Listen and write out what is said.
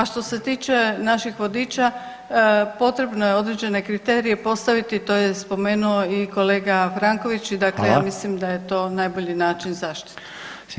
A što se tiče naših vodiča potrebno je određene kriterije postaviti, to je spomenu i kolega Franković, dakle ja mislim [[Upadica: Hvala.]] da je to najbolji način zaštite.